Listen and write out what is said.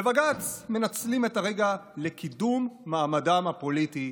בבג"ץ מנצלים את הרגע לקידום מעמדם הפוליטי,